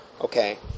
okay